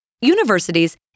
universities